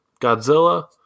Godzilla